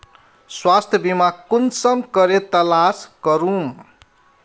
स्वास्थ्य बीमा कुंसम करे तलाश करूम?